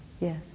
yes